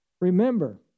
Remember